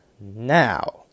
now